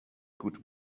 good